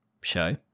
show